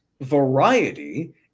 variety